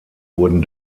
wurden